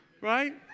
right